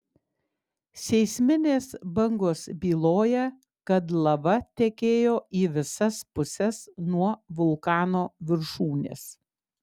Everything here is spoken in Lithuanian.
seisminės bangos byloja kad lava tekėjo į visas puses nuo vulkano viršūnės